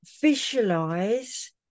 Visualize